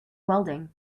welding